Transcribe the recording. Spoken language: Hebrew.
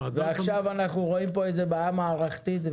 ועכשיו אנחנו רואים בעיה מערכתית,